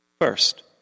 first